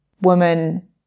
woman